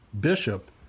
bishop